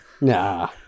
Nah